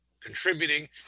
contributing